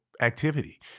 activity